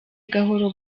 gahoro